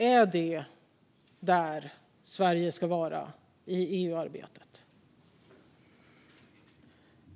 Är det där Sverige ska vara i EU-arbetet?